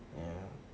ya